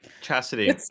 chastity